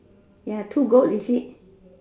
ya two goat is it